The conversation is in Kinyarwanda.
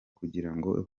kugirango